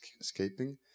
escaping